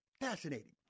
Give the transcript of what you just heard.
Fascinating